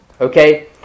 Okay